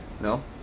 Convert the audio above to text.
No